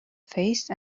face